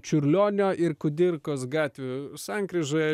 čiurlionio ir kudirkos gatvių sankryžoje